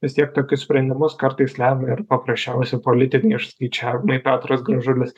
vis tiek tokius sprendimus kartais lemia ir paprasčiausi politiniai išskaičiavimai petras gražulis